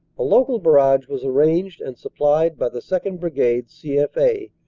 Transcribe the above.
a local barrage was arranged and supplied by the second. brigade, c f a,